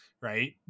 right